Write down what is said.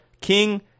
King